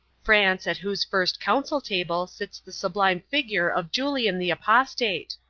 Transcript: france, at whose first council table sits the sublime figure of julian the apostate.